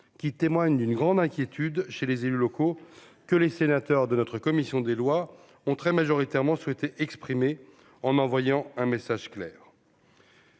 qui témoignent d'une grande inquiétude chez les élus locaux que les sénateurs de notre commission des lois ont très majoritairement souhaité exprimer en envoyant un message clair.